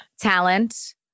talent